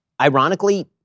Ironically